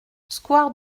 square